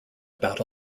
about